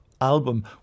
album